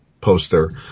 poster